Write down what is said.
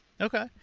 Okay